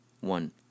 One